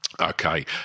Okay